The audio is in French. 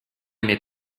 mes